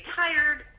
tired